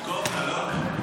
קובנה, לא?